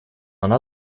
она